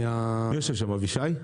מי יושב שם, אבישי?